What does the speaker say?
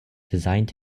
designed